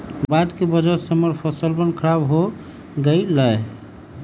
बाढ़ के वजह से हम्मर फसलवन खराब हो गई लय